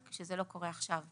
רק שזה לא קורה עכשיו.